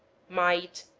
might,